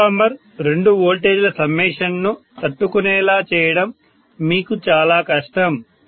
transformer రెండు వోల్టేజీల సమ్మషన్ ను తట్టుకొనేలా చేయడం మీకు చాలా కష్టం